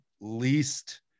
least